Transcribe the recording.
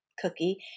cookie